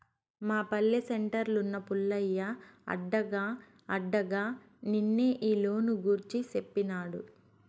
మా పల్లె సెంటర్లున్న పుల్లయ్య అడగ్గా అడగ్గా నిన్నే ఈ లోను గూర్చి సేప్పినాడు